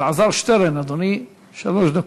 אלעזר שטרן, אדוני, שלוש דקות.